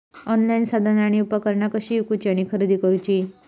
Online साधना आणि उपकरणा कशी ईकूची आणि खरेदी करुची?